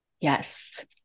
yes